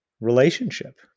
relationship